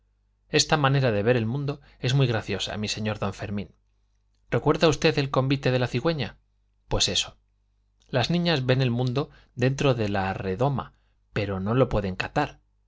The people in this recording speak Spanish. esta manera de ver el mundo es muy graciosa mi señor don fermín recuerda usted el convite de la cigüeña pues eso las niñas ven el mundo dentro de la redoma pero no lo pueden catar